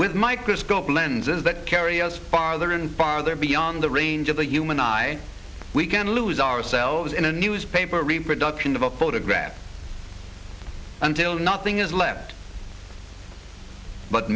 with microscope lenses that carry us farther and farther beyond the range of the human eye we can lose ourselves in a newspaper reproduction of a photograph until nothing is left but